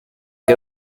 que